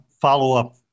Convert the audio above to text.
follow-up